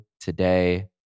Today